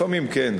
לפעמים כן,